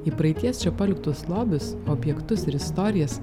į praeities čia paliktus lobius objektus ir istorijas